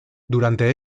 durante